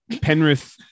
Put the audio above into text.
Penrith